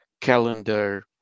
calendar